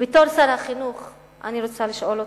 בתור שר החינוך אני רוצה לשאול אותך,